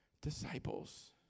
disciples